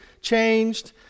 changed